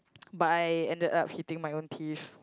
but I ended up hitting my own teeth